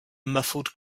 muffled